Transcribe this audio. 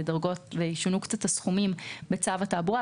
ושונו קצת הסכומים בצו התעבורה.